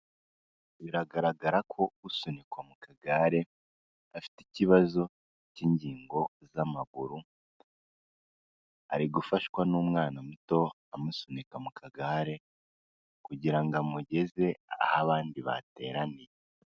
Biragaragara ko usunikwa mu kagare afite ikibazo cy'ingingo z'amaguru, ari gufashwa n'umwana muto amusunika mu kagare, kugira ngo amugeze aho abandi bateraniye.